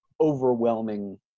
overwhelming